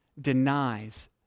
denies